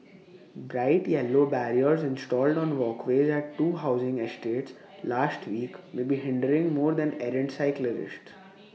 bright yellow barriers installed on walkways at two housing estates last week may be hindering more than errant cyclists